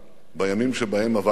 בימים שבהם עבד בכנסת.